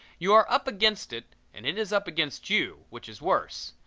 you are up against it and it is up against you, which is worse.